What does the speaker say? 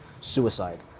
suicide